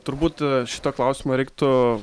turbūt šitą klausimą reiktų